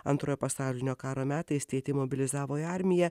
antrojo pasaulinio karo metais tėtį mobilizavo į armiją